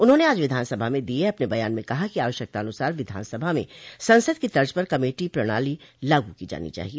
उन्होंने आज विधानसभा में दिए अपने बयान में कहा कि आवश्यकतानुसार विधानसभा में संसद की तर्ज पर कमेटी प्रणाली लागू की जानी चाहिए